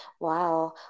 Wow